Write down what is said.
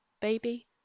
baby